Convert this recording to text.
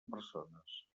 persones